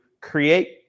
create